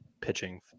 pitching